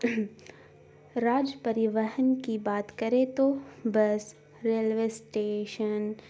راج پریوہن کی بات کرے تو بس ریلوے اسٹیشن